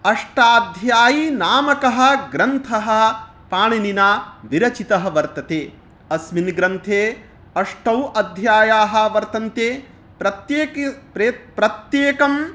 अष्टाध्यायी नामकः ग्रन्थः पाणिनिना विरचितः वर्तते अस्मिन् ग्रन्थे अष्टौ अध्यायाः वर्तन्ते प्रत्येक् प्रे प्रत्येके